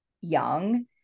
young